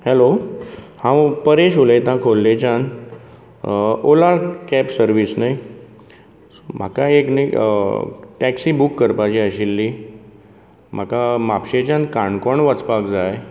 hello हांव परेश उलयतां खोर्लेच्यान ओला कॅब सर्वीस न्हय म्हाका एक न्ही टॅक्सी बूक करपाची आशिल्ली म्हाका म्हापशेच्यान काणकोण वचपाक जाय